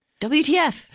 WTF